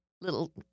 little